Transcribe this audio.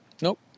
Nope